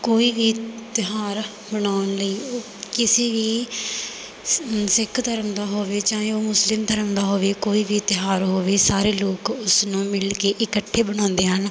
ਕੋਈ ਵੀ ਤਿਉਹਾਰ ਮਨਾਉਣ ਲਈ ਉਹ ਕਿਸੇ ਵੀ ਸ ਸਿੱਖ ਧਰਮ ਦਾ ਹੋਵੇ ਚਾਹੇ ਉਹ ਮੁਸਲਿਮ ਧਰਮ ਦਾ ਹੋਵੇ ਕੋਈ ਵੀ ਤਿਉਹਾਰ ਹੋਵੇ ਸਾਰੇ ਲੋਕ ਉਸਨੂੰ ਮਿਲ ਕੇ ਇਕੱਠੇ ਮਨਾਉਂਦੇ ਹਨ